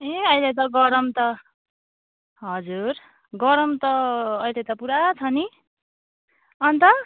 ए अहिले त गरम त हजुर गरम त अहिले त पुरा छ नि अन्त